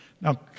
Now